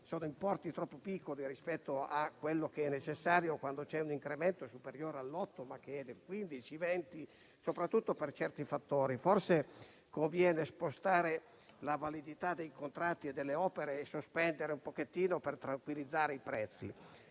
sono importi troppo piccoli rispetto a quello che sarebbe necessario quando c'è un incremento superiore all'8 per cento (anche del 15-20 per cento), soprattutto per certi fattori. Forse conviene spostare la validità dei contratti e delle opere e sospendere un po' per tranquillizzare i prezzi.